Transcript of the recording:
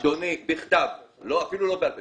אדוני, בכתב, אפילו לא בעל פה.